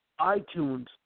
iTunes